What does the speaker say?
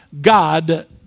God